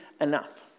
enough